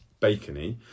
bacony